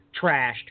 trashed